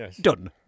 Done